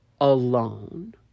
alone